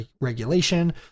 regulation